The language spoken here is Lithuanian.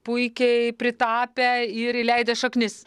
puikiai pritapę ir įleidę šaknis